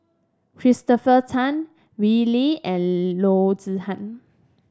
Christopher Tan Wee Lin and Loo Zihan